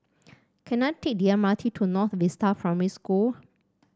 can I take the M R T to North Vista Primary School